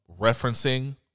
referencing